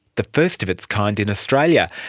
the first of its kind in australia.